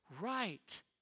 right